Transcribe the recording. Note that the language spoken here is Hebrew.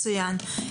מצוין.